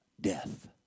death